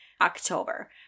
October